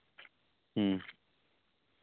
ᱦᱮᱸ